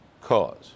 cause